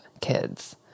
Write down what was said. kids